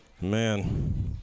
Man